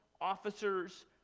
Officers